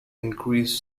increase